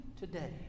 today